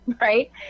right